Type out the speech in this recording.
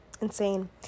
insane